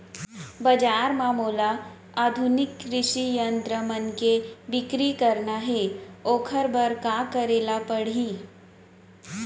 बजार म मोला आधुनिक कृषि यंत्र मन के बिक्री करना हे ओखर बर का करे ल पड़ही?